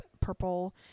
purple